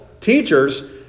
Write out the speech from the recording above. teachers